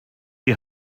die